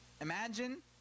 Imagine